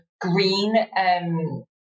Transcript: green